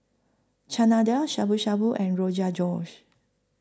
Chana Dal Shabu Shabu and Rogan Josh